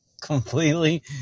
completely